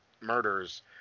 murders